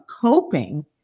coping